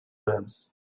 lives